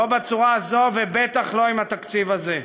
לא בצורה הזאת ובטח לא עם התקציב הזה.